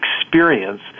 experience